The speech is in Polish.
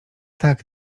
tak